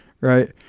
Right